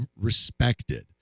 respected